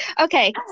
Okay